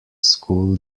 school